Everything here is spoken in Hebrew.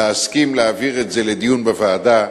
להסכים להעביר את זה לדיון בוועדה.